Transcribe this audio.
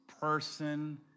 person